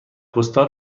پستال